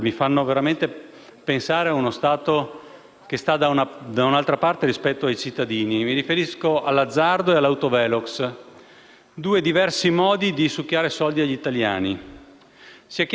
due diversi modi di succhiare soldi agli italiani. Sia chiaro a tutti che il Movimento 5 Stelle chiede a gran voce più sicurezza sulle strade. Più sicurezza e meno multe è una cosa possibile